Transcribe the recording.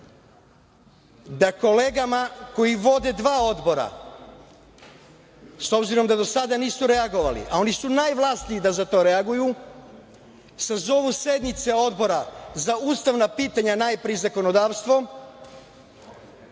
da kolegama koji vode dva odbora, s obzirom da do sada nisu reagovali, a oni su najvlasniji da za to reaguju, sazovu sednice Odbora za ustavna pitanja i zakonodavstvo,